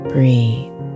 Breathe